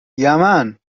یمن